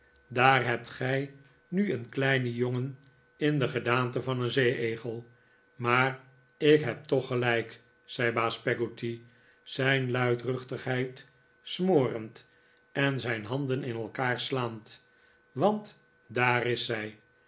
daar hebt gij nu een kleinen jongen in de gedaante van een zeeegel maar ik heb toch gelijk zei baas peggotty zijn luidruchtigheid smorend en zijn handen in elkaar slaand want daar is zij